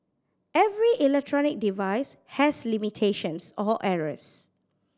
every electronic device has limitations or errors